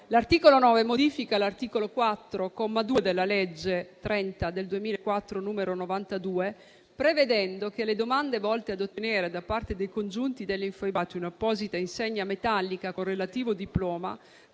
L'articolo 9 modifica l'articolo 4, comma 2, della legge 30 marzo 2004, n. 92, prevedendo che le domande volte ad ottenere da parte dei congiunti degli infoibati un'apposita insegna metallica con relativo diploma